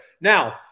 Now